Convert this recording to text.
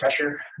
pressure